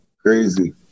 Crazy